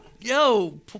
Yo